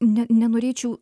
ne nenorėčiau